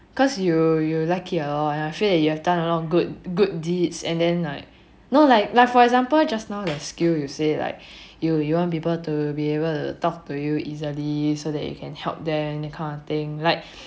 cause you you like it a lot and I feel like you have done a lot of good good deeds and then like no like like for example just now the skill you say like you you want people to be able to talk to you easily so that you can help them that kind of thing like